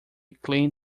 clean